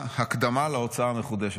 המספרים האלה לא מעניינים כלום.